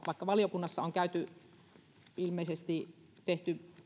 vaikka valiokunnassa on ilmeisesti tehty